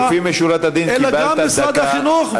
לפנים משורת הדין קיבלת דקה,